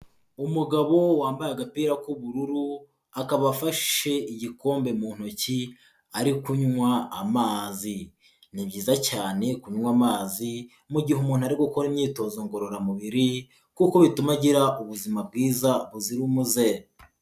Umugabo wambaye agapira k'ubururu, akaba afashe igikombe mu ntoki ari kunywa amazi. Ni byiza cyane kunywa amazi mu mugihe umuntu ari gukora imyitozo ngororamubiri kuko bituma agira ubuzima bwiza buzira umuze.